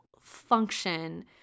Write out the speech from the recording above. function